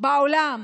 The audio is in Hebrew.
בעולם